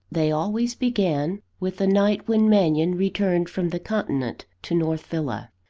they always began with the night when mannion returned from the continent to north villa.